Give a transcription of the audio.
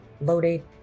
loaded